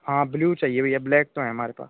हाँ ब्ल्यू चाहिए भइया ब्लैक तो है हमारे पास